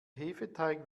hefeteig